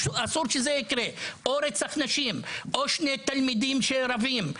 או רצח נשים, או שני תלמידים שרבים,